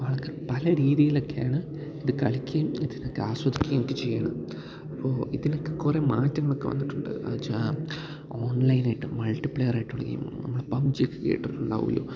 അതൊക്കെ പല രീതിയിലൊക്കെയാണ് ഇതു കളിക്കുകയും അതൊക്കെ ആസ്വദിക്കുകയും ഒക്കെ ചെയ്യുന്നത് അപ്പോള് ഇതിനൊക്കെ കുറേ മാറ്റങ്ങളൊക്കെ വന്നിട്ടുണ്ട് എന്നുവച്ചാല് ഓൺലൈനായിട്ട് മൾട്ടി പ്ലെയറായിട്ടുള്ള ഗെയിം നമ്മള് പബ്ജിയൊക്കെ കേട്ടിട്ടുണ്ടാവുമല്ലോ